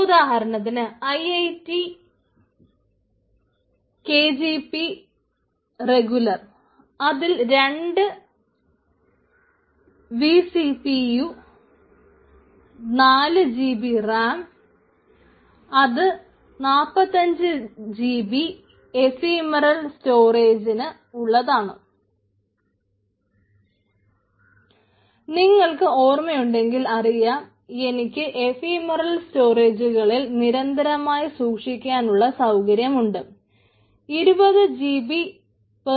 ഉദാഹരണത്തിന് IIT K G P regular